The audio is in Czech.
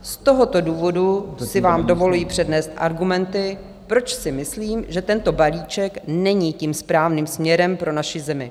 Z tohoto důvodu si vám dovoluji přednést argumenty, proč si myslím, že tento balíček není tím správným směrem pro naši zemi.